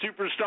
superstar